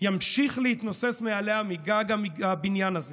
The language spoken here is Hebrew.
ימשיך להתנוסס מעליה מגג הבניין הזה